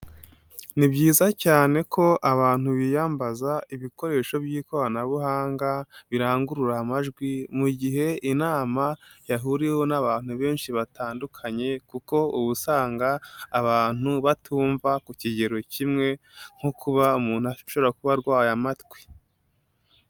Ni byiza cyane ko abantu biyambaza ibikoresho by'ikoranabuhanga birangurura amajwi, mu gihe inama yahuriweho n'abantu benshi batandukanye kuko uba usanga abantu batumva ku kigero kimwe, nko kuba umuntu ashobora kuba arwaye amatwi.